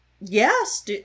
Yes